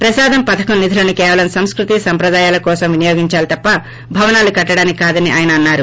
ప్రసాదం పధకం నిధులను కేవలం సంస్కృతి సంప్రదాయాలు కోసం వినియోగించాలి తప్ప భవనాలు కట్టడానికి కాదని ఆయన అన్సారు